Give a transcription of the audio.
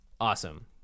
awesome